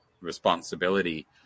responsibility